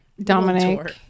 Dominic